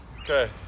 Okay